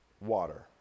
water